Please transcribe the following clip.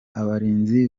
abarinzi